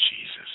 Jesus